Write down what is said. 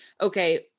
okay